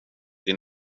din